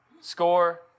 Score